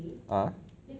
ah